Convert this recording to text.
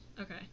Okay